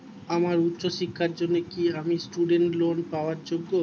আমার উচ্চ শিক্ষার জন্য কি আমি স্টুডেন্ট লোন পাওয়ার যোগ্য?